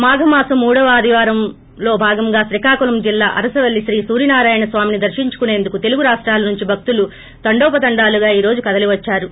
మాఘ మాసం మూడవ ఆదివారంలో భాగంగా శ్రీకాకుళం జిల్లా అరసవల్లి శ్రీ సూర్యనారాయణ స్వామిని దర్శించుకుసేందుకు తెలుగు రాష్టాల నుంచి భక్తులు తండోపతండాలుగా ఈరోజు కదలివద్చారు